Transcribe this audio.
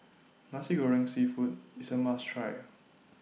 Nasi Goreng Seafood IS A must Try